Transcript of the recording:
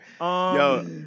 Yo